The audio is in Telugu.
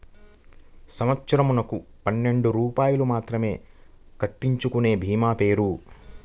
సంవత్సరంకు పన్నెండు రూపాయలు మాత్రమే కట్టించుకొనే భీమా పేరు?